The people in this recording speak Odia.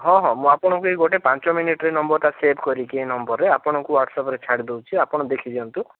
ହଁ ହଁ ମୁଁ ଆପଣଙ୍କୁ ଏଇ ଗୋଟେ ପାଞ୍ଚ ମିନିଟ୍ରେ ନମ୍ବରଟା ସେଭ୍ କରିକି ଏଇ ନମ୍ବରରେ ଆପଣଙ୍କୁ ହ୍ୱାଟ୍ସଆପ୍ରେ ଛାଡ଼ି ଦେଉଛି ଆପଣ ଦେଖିଦିଅନ୍ତୁ